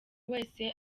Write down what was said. wese